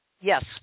Yes